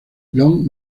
long